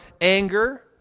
anger